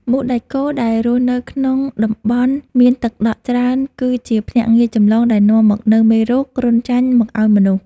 មូសដែកគោលដែលរស់នៅក្នុងតំបន់មានទឹកដក់ច្រើនគឺជាភ្នាក់ងារចម្បងដែលនាំមកនូវមេរោគគ្រុនចាញ់មកឱ្យមនុស្ស។